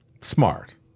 Smart